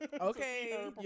Okay